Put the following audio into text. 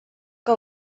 que